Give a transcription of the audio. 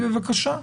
בבקשה.